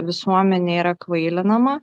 visuomenė yra kvailinama